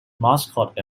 mascot